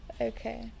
Okay